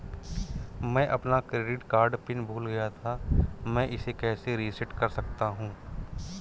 मैं अपना credit card PIN भूल गया था मैं इसे कैसे रीसेट कर सकता हूँ?